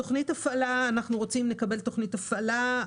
תוכנית הפעלה אנחנו רוצים לקבל תוכנית הפעלה.